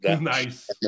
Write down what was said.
Nice